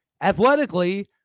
Athletically